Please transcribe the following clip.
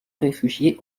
réfugié